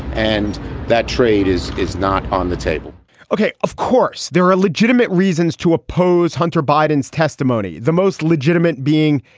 and that trade is is not on the table okay. of course, there are legitimate reasons to oppose hunter biden's testimony. the most legitimate being.